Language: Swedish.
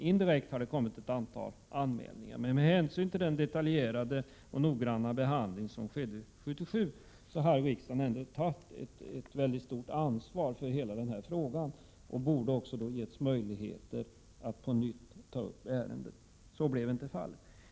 Indirekt har visserligen några anmälningar gjorts, men efter att riksdagen 1977 noggrant och detaljerat prövat ärendet och tagit ett stort ansvar för denna fråga, borde den getts möjligheter att på nytt ta upp ärendet. Så blev inte fallet.